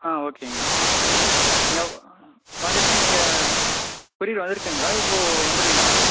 ஆ ஓகேங்க எவ் வந்துட்டு நீங்கள் குரியர் வந்திருக்குங்களா இப்போது வந்துடுவீங்களா